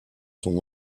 son